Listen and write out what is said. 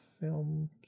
film